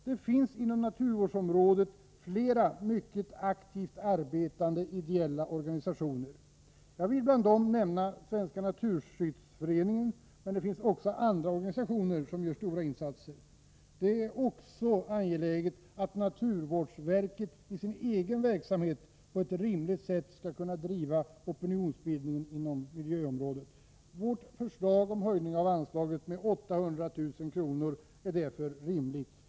Det finns inom naturvårdsområdet flera mycket aktivt arbetande ideella organisationer. Jag vill bland dem nämna Svenska naturskyddsföreningen, men det finns också andra organisationer som gör stora insatser. Det är också angeläget att naturvårdsverket i sin egen verksamhet på ett rimligt sätt skall kunna driva opinionsbildningen inom miljöområdet. Vårt förslag om höjning av anslaget med 800 000 kr. är därför rimligt.